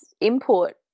input